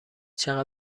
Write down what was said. چقدر